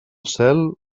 cel